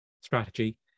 strategy